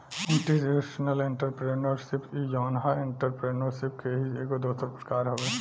institutional entrepreneurship इ जवन ह एंटरप्रेन्योरशिप के ही एगो दोसर प्रकार हवे